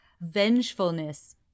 vengefulness